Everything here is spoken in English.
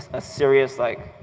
a serious, like,